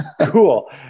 cool